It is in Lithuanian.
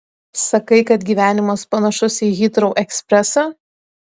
sakai kad gyvenimas panašus į hitrou ekspresą